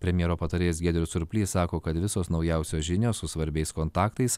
premjero patarėjas giedrius surplys sako kad visos naujausios žinios su svarbiais kontaktais